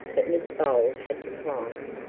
but miss bold had declined.